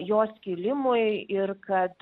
jos skilimui ir kad